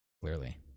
clearly